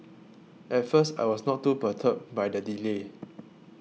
at first I was not too perturbed by the delay